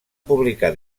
publicar